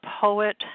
poet